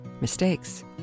mistakes